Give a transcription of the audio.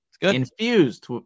Infused